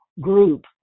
group